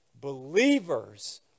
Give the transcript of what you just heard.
Believers